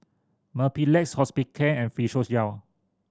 Mepilex Hospicare and Physiogel